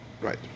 right